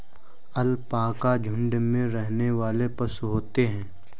alpaca झुण्ड में रहने वाले पशु होते है